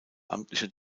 amtliche